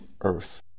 Earth